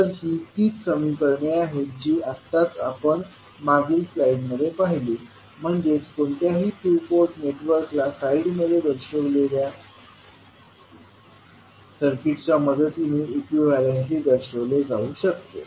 तर ही तीच समीकरणे आहेत जी आत्ताच आपण मागील स्लाइडमध्ये पाहिलीत म्हणजेच कोणत्याही टू पोर्ट नेटवर्कला स्लाइडमध्ये दर्शविलेल्या सर्किटच्या मदतीने इक्विवेलेंटली दर्शवले जाऊ शकते